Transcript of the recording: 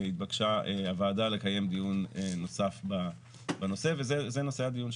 התבקשה הוועדה לקיים דיון נוסף בנושא וזה נושא הדיון שבפניכם.